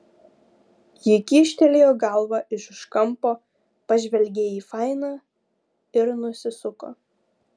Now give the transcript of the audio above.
ji kyštelėjo galvą iš už kampo pažvelgė į fainą ir nusisuko